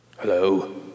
Hello